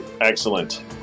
excellent